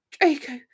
Draco